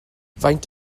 faint